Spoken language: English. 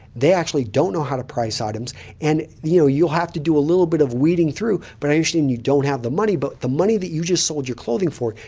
they actually don't know how to price items and you know you'll have to do a little bit of weeding through. but i understand and you don't have the money, but the money that you just sold your clothing for,